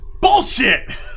bullshit